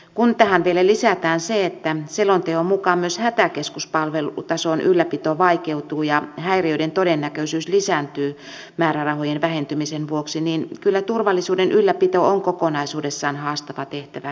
kun tähän vielä lisätään se että selonteon mukaan myös hätäkeskuspalvelun tason ylläpito vaikeutuu ja häiriöiden todennäköisyys lisääntyy määrärahojen vähentymisen vuoksi niin kyllä turvallisuuden ylläpito on kokonaisuudessaan haastava tehtävä yhteiskunnassamme